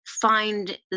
find